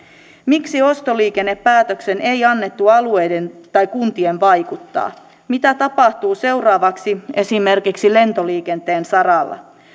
miksi ostoliikennepäätökseen ei annettu alueiden tai kuntien vaikuttaa mitä tapahtuu seuraavaksi esimerkiksi lentoliikenteen saralla